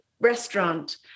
restaurant